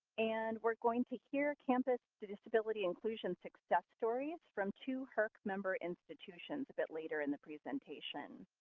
and we're going to hear campus disability inclusion success stories from two herc member institutions a bit later in the presentation.